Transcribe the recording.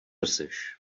jseš